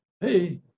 Hey